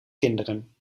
kinderen